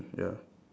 ya